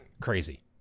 crazy